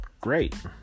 great